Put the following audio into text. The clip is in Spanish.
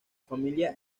familia